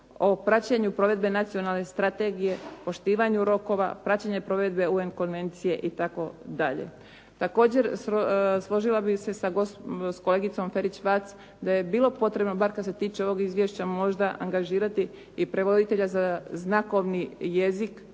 o praćenju provedbe Nacionalne strategije, poštivanju rokova, praćenje provedbe UN konvencije itd. Također, složila bih se s kolegicom Ferić-Vac da je bilo potrebno bar kad se tiče ovog izvješća možda angažirati i prevoditelja za znakovni jezik